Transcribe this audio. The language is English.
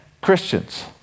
Christians